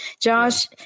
Josh